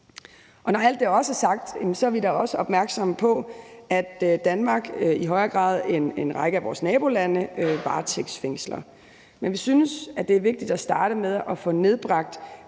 Når alt det er sagt, er vi da også opmærksomme på, at Danmark i højere grad end en række af vores nabolande varetægtsfængsler. Men vi synes, at det er vigtigt at starte med at få nedbragt